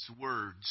words